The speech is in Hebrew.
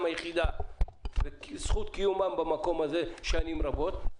היחידה וסיבת קיומם במקום הזה שנים רבות.